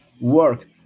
work